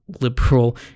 liberal